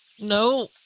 no